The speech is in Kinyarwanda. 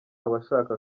abashaka